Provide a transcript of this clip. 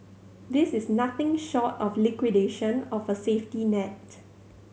this is nothing short of liquidation of a safety net